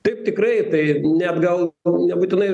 taip tikrai tai ne gal nebūtinai